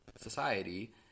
society